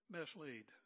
mislead